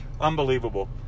unbelievable